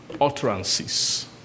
utterances